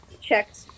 checked